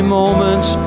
moments